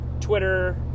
Twitter